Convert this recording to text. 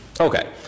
Okay